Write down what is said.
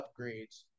upgrades